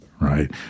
right